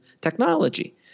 technology